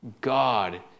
God